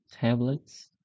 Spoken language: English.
tablets